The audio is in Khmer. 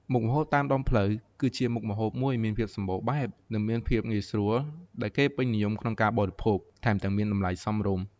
មុខម្ហូបតាមដងផ្លូវ គឺជាមុខម្ហូបមួយមានភាពសម្បូរបែប និងមានភាពងាយស្រួល ដែលគេពេញនិយមក្នុងការបរិភោគ ថែមទាំងមានតម្លៃសមរម្យ។